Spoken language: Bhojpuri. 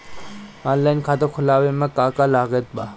ऑनलाइन खाता खुलवावे मे का का लागत बा?